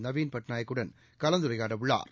நவீன் பட்நாயக் வுடன் கலந்துரையாட உள்ளாா்